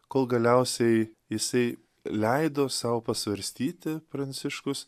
kol galiausiai jisai leido sau pasvarstyti pranciškus